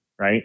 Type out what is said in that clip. right